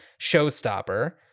showstopper